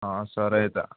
సరే అయితే